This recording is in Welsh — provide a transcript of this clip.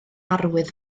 arwydd